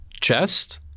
chest